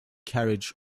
carriage